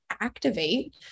activate